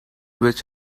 which